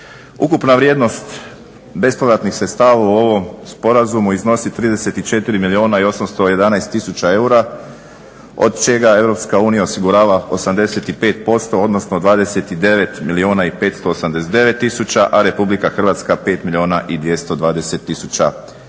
Ukupna vrijednost bespovratnih sredstava u ovom sporazumu iznosi 34 milijuna 811 tisuća eura od čega EU osigurava 85% odnosno 29 milijuna 589 tisuća, a RH 5 milijuna 220 tisuća